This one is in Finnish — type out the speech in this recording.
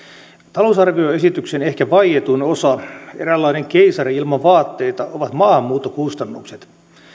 talousarvioesityksen ehkä vaietuin osa eräänlainen keisari ilman vaatteita ovat maahanmuuton kustannukset